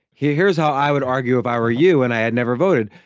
yeah here's how i would argue if i were you, and i had never voted,